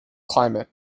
climate